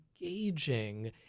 engaging